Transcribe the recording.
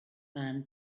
man